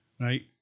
right